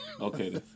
Okay